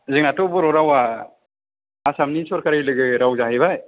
जोंहाथ' बर' रावा आसामनि सरकारि लोगो राव जाहैबाय